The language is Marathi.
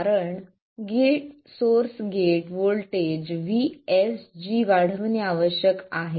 कारण सोर्स गेट व्होल्टेज VSG वाढविणे आवश्यक आहे